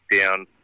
down